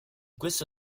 questo